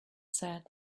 said